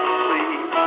sleep